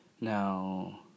Now